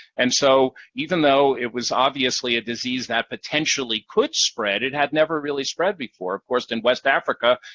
and so even though it was obviously a disease that potentially could spread, it had never really spread before. of course, in west africa,